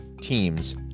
teams